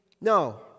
No